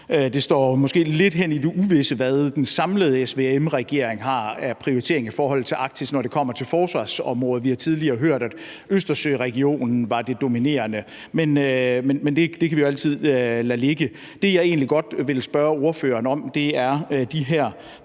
Det står måske lidt hen i det uvisse, hvad den samlede SVM-regering har af prioriteringer i forhold til Arktis, når det kommer til forsvarsområdet. Vi har tidligere hørt, at Østersøregionen var det dominerende, men det kan vi jo altid lade ligge. Det, jeg egentlig godt vil spørge ordføreren til, er de her